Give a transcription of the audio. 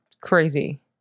crazy